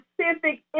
specific